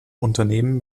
unternehmen